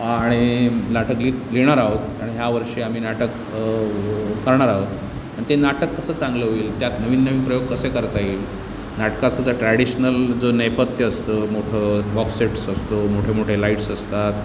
आणि नाटक लि लिहिणार आहोत आणि ह्यावर्षी आम्ही नाटक करणार आहोत आणि ते नाटक कसं चांगलं होईल त्यात नवीन नवीन प्रयोग कसे करता येईल नाटकात सुद्धा ट्रॅडीशनल जो नेपथ्य असतं मोठं बॉक्स सेट्स असतो मोठे मोठे लाईट्स असतात